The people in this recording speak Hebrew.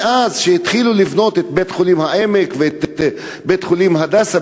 מאז שבנו את בית-חולים "העמק" ואת בית-חולים "הדסה",